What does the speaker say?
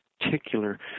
particular